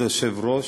כבוד היושב-ראש,